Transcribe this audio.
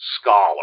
scholar